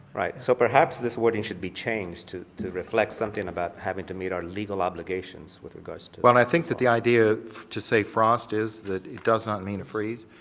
right. so perhaps this one should be changed to to reflect something about having to meet our legal obligations with regards to well, i think that the idea to say frost is that it does not mean to freeze,